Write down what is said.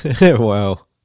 Wow